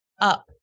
up